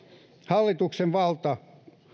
hallituksen valta